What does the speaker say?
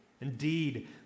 Indeed